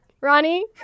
Ronnie